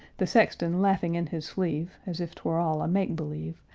the sexton laughing in his sleeve, as if t were all a make-believe,